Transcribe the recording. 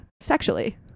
sexually